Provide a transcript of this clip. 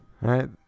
right